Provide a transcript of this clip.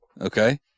Okay